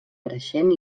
creixent